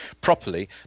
properly